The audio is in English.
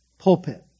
Pulpit